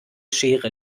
schere